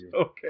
Okay